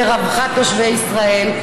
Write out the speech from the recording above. לרווחת תושבי ישראל,